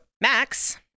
Max